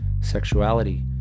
sexuality